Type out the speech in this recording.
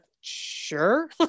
sure